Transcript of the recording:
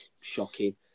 shocking